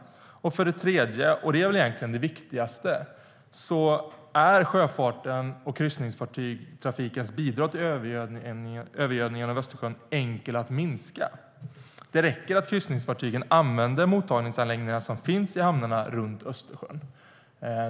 För det tredje, och det är väl egentligen det viktigaste, är sjöfartens och kryssningsfartygstrafikens bidrag till övergödningen av Östersjön enkel att minska. Det räcker att kryssningsfartygen använder de mottagningsanläggningar som finns i hamnarna runt Östersjön.